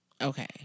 Okay